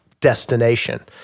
destination